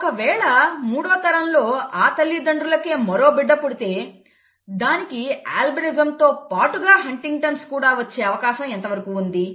ఒకవేళ మూడో తరంలో ఆ తల్లిదండ్రులకే మరొక బిడ్డ పుడితే దానికి అల్బినిజం తో పాటుగా హంటింగ్టన్'స్ Huntington's కూడా వచ్చే అవకాశం ఎంతవరకు ఉంది